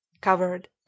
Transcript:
covered